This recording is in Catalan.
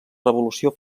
revolució